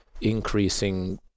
increasing